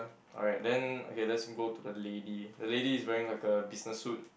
alright then okay let's go to the lady the lady is wearing like a business suit